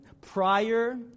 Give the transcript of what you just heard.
prior